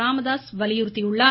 ராமதாஸ் வலியுறுத்தியுள்ளார்